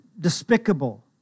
despicable